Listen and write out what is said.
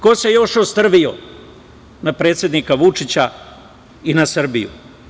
Ko se još ostrvio na predsednika Vučića i na Srbiju?